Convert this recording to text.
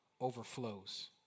overflows